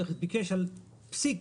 וביקש על פסיק,